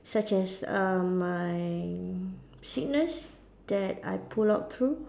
such as uh my sickness that I pull out through